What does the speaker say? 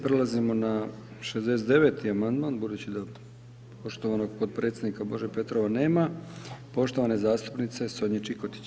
Prelazimo na 69. amandman, budući da poštovanog podpredsjednika Bože Petrova nema, poštovane zastupnice Sonje Čikotić.